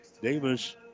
Davis